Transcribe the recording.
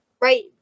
right